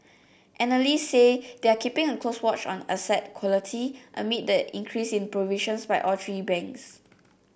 analysts said they are keeping a close watch on asset quality amid the increase in provisions by all three banks